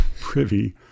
privy